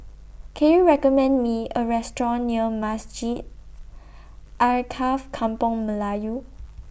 Can YOU recommend Me A Restaurant near Masjid Alkaff Kampung Melayu